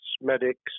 medics